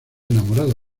enamorada